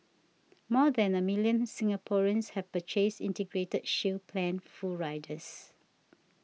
more than a million Singaporeans have purchased Integrated Shield Plan full riders